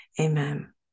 Amen